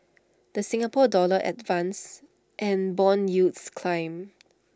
the Singapore dollar advanced and Bond yields climbed